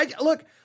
look